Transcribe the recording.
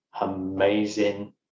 amazing